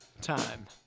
time